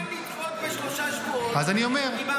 אני מוכן לדחות בשלושה שבועות עם אמירה